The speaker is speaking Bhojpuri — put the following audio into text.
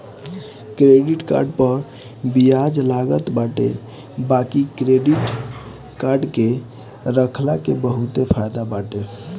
क्रेडिट कार्ड पअ बियाज लागत बाटे बाकी क्क्रेडिट कार्ड के रखला के बहुते फायदा बाटे